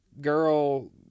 girl